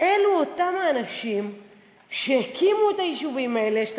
אלו אותם האנשים שהקימו את היישובים האלה.